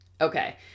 Okay